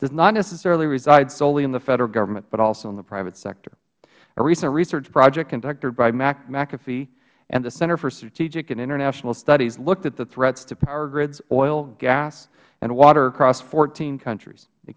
does not necessarily reside solely in the federal government but also in the private sector a recent research project conducted by mcafee and the center for strategic and international studies looked at the threats to power grids oil gas and water across fourteen countries